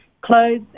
clothes